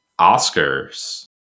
Oscars